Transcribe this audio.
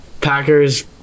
Packers